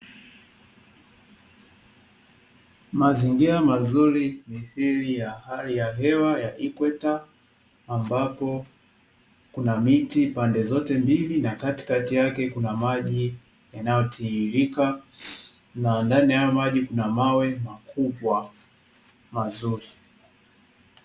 Mazingira mazuri mithili ya hali ya hewa ya ikweta, ambapo kuna miti pande zote mbili, na katikati yake kuna maji yanayotiririka, na ndani ya hayo maji kuna mawe makubwa mazuri.